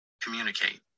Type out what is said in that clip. communicate